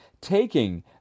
taking